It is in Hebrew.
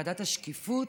ועדת השקיפות,